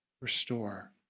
restore